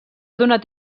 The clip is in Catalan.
donat